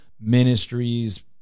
ministries